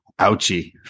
Ouchie